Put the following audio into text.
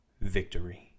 victory